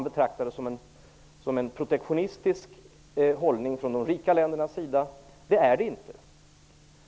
De betraktar det som en protektionistisk hållning från de rika ländernas sida. Det är det inte.